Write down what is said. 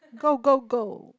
go go go